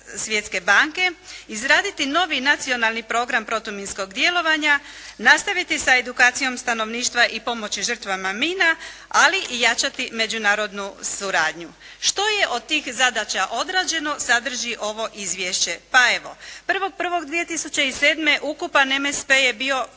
Svjetske banke, izraditi novi nacionalni program protuminskog djelovanja, nastaviti sa edukacijom stanovništva i pomoći žrtvama mina, ali i jačati međunarodnu suradnju. Što je od tih zadaća odrađeno sadrži ovo izvješće. Pa evo, 1. 1. 2007. ukupan MSP je bio,